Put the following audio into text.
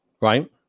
right